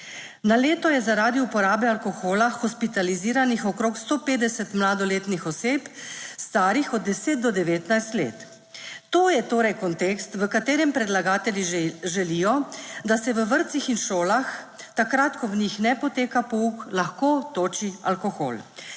Na leto je zaradi uporabe alkohola hospitaliziranih okrog 150 mladoletnih oseb, starih od 10 do 19 let. To je torej kontekst, v katerem predlagatelji želijo, da se v vrtcih in šolah, takrat, ko v njih ne poteka pouk, lahko toči alkohol.